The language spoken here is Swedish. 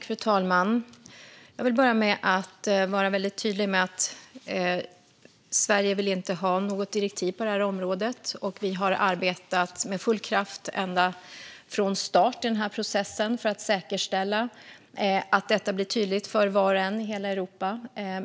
Fru talman! Jag vill börja med att vara väldigt tydlig med att Sverige inte vill ha något direktiv på det här området. Vi har arbetat med full kraft ända från start i processen för att säkerställa att detta blir tydligt för var och en i hela Europa.